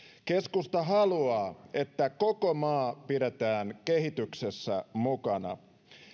keskusta haluaa että koko maa pidetään kehityksessä mukana